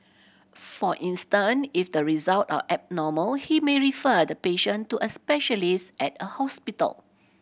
for instance if the result are abnormal he may refer the patient to a specialist at a hospital